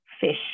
fish